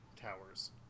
towers